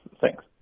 Thanks